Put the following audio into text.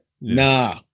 Nah